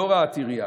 לא הוראת עירייה.